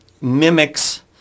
mimics